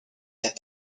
get